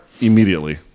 immediately